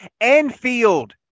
Enfield